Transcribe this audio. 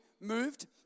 moved